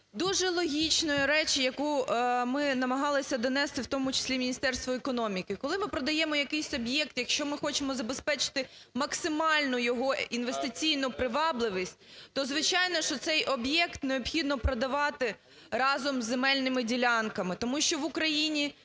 дуже логічної речі, яку ми намагалися донести, в тому числі Міністерству економіки. Коли ми продаємо якийсь об'єкт, якщо ми хочемо забезпечити максимальну його інвестиційну привабливість, то, звичайно, що цей об'єкт необхідно продавати разом із земельними ділянками.